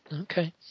Okay